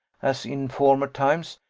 as in former times,